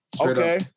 Okay